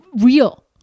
real